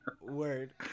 word